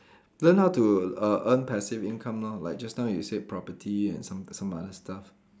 learn how to err earn passive income lor like just now you said property and some some other stuff